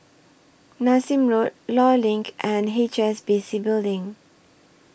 Nassim Road law LINK and H S B C Building